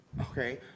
Okay